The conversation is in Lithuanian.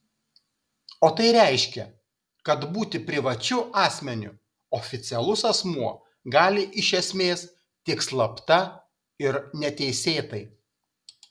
o tai reiškia kad būti privačiu asmeniu oficialus asmuo gali iš esmės tik slapta ir neteisėtai